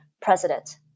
president